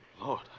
Lord